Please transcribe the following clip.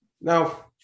Now